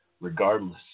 regardless